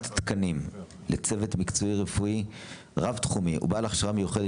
תקנים לצוות מקצועי רפואי רב-תחומי ובעל הכשרה מיוחדת.